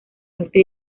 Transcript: norte